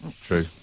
True